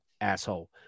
asshole